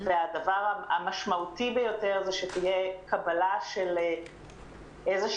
הדבר המשמעותי ביותר הוא שתהיה קבלה של הסכמה